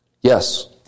Yes